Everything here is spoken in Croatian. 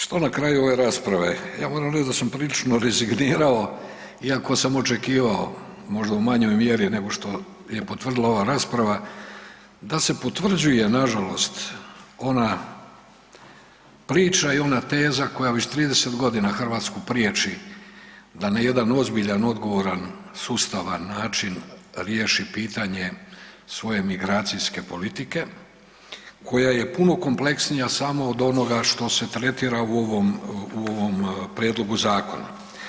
Što na kraju ove rasprave, ja moram reći da sam …/nerazumljivo/… rezignirao iako sam očekivao možda u manjoj mjeri nego što je potvrdila ova rasprava da se potvrđuje nažalost ona priča i ona teza koja već 30 godina Hrvatsku prijeći da na jedan ozbiljan i odgovoran sustavan način riješi pitanje svoje migracijske politike koja je puno kompleksnija samo od onoga što se tretira u ovom prijedlogu zakona.